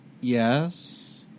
Yes